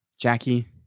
Jackie